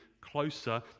closer